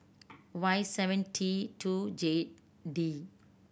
Y seven T two J D